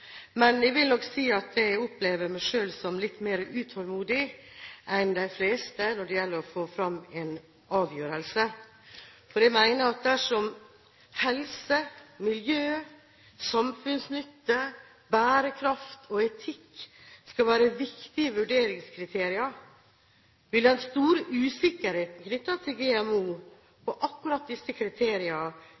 Men jeg vil nok si at jeg opplever meg selv som litt mer utålmodig enn de fleste med hensyn til å få fram en avgjørelse. Jeg mener at dersom helse, miljø, samfunnsnytte, bærekraft og etikk skal være viktige vurderingskriterier, vil den store usikkerheten knyttet til GMO om akkurat disse kriteriene